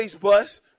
bus